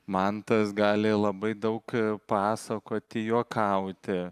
mantas gali labai daug pasakoti juokauti